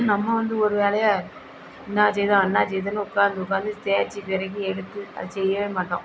நம்ம வந்து ஒரு வேலையை என்னா செய்தேன் என்னா செய்தேன்னு உக்கார்ந்து உக்கார்ந்து தேய்ச்சு பெருக்கி எடுத்து அதை செய்யவே மாட்டோம்